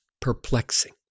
perplexing